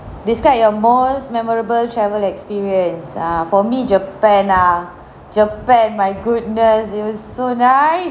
describe your most memorable travel experience err for me japan ah japan my goodness it was so nice